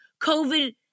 COVID